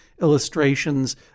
illustrations